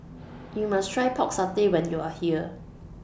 YOU must Try Pork Satay when YOU Are here